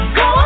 go